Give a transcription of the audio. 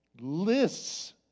lists